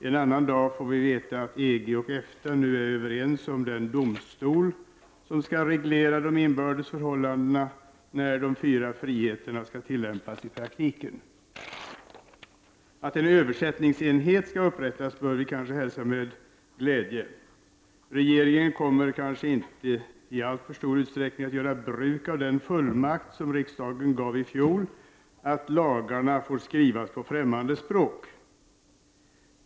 En annan dag får vi veta att EG och EFTA nu är överens om den domstol som skall reglera de inbördes förhållandena när de fyra friheterna skall tillämpas i praktiken. Att en översättningsenhet skall upprättas bör vi hälsa med glädje. Regeringen kommer kanske inte i alltför stor utsträckning att göra bruk av den fullmakt som riksdagen gav i fjol att lagarna får skrivas på främmande språk.